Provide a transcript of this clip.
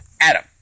Adam